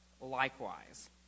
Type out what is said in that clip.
likewise